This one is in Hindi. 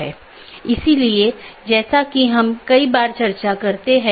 बस एक स्लाइड में ऑटॉनमस सिस्टम को देख लेते हैं